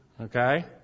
Okay